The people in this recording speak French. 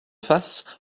face